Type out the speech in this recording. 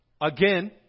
again